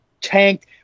tanked